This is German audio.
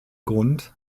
grund